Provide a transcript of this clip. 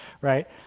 right